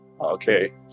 Okay